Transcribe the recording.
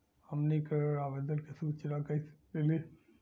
हमनी के ऋण आवेदन के सूचना कैसे मिली?